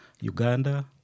Uganda